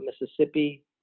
Mississippi